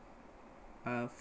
uh